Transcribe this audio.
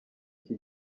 iki